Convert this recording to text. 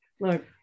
look